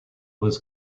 was